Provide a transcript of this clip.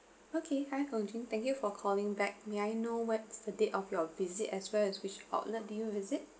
okay hi hong jing thank you for calling back may I know what's the date of your visit as well as which outlet did you visit